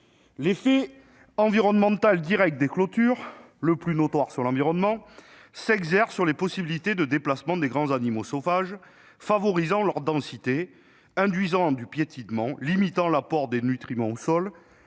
L'effet environnemental direct des clôtures, c'est-à-dire l'effet le plus notoire sur l'environnement, s'exerce sur les possibilités de déplacements des grands animaux sauvages. L'engrillagement favorise leur densité, induisant du piétinement, limitant l'apport de nutriments aux sols